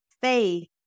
Faith